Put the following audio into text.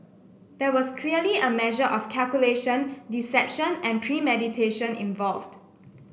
there was clearly a measure of calculation deception and premeditation involved